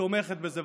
שתומכת בזה,